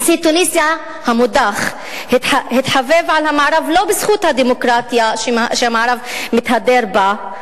נשיא תוניסיה המודח התחבב על המערב לא בזכות הדמוקרטיה שהמערב מתהדר בה,